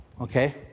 okay